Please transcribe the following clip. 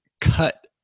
cut